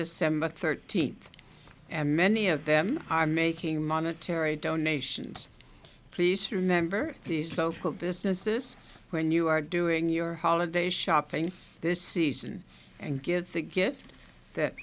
december thirteenth and many of them are making monetary donations please remember these local businesses when you are doing your holiday shopping this season and give the gift that